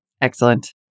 Excellent